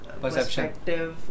perspective